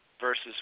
versus